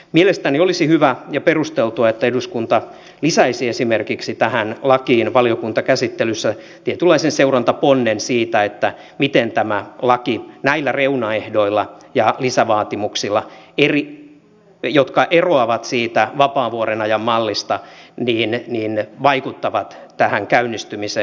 mielestäni olisi hyvä ja perusteltua että eduskunta lisäisi esimerkiksi tähän lakiin valiokuntakäsittelyssä tietynlaisen seurantaponnen siitä miten tämä laki näillä reunaehdoilla ja lisävaatimuksilla jotka eroavat siitä vapaavuoren ajan mallista vaikuttaa tähän käynnistymiseen